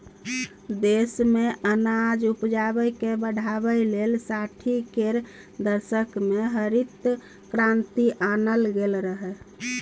देश मे अनाज उपजाकेँ बढ़ाबै लेल साठि केर दशक मे हरित क्रांति आनल गेल रहय